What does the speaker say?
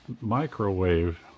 microwave